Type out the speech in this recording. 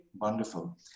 wonderful